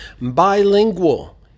Bilingual